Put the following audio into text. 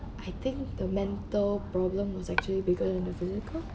I think the mental problem was actually bigger than the physical